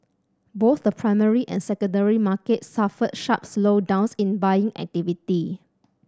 both the primary and secondary markets suffered sharp slowdowns in buying activity